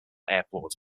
airport